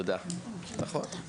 תודה, נכון.